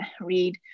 read